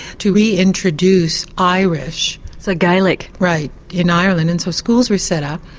to reintroduce irish. so gaelic? right. in ireland, and so schools were set up.